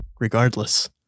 Regardless